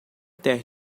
terra